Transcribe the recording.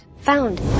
Found